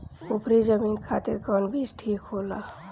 उपरी जमीन खातिर कौन बीज ठीक होला?